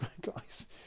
guys